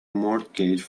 mortgage